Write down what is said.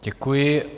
Děkuji.